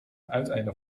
uiteinde